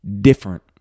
different